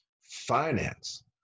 finance